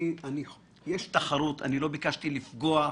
אני לא ביקשתי לפגוע,